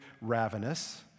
ravenous